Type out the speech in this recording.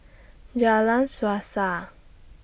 Jalan Suasa